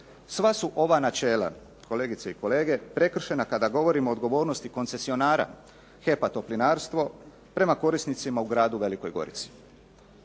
Sva su ova načela kolegice i kolege prekršena kada govorimo o odgovornosti koncesionara HEP-a Toplinarstvo prema korisnicima u Gradu Velikoj Gorici.